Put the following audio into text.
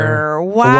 Wow